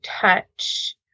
touch